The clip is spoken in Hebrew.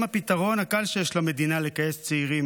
הם הפתרון הקל שיש למדינה לגייס צעירים